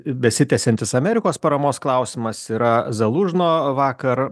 besitęsiantis amerikos paramos klausimas yra zalužno vakar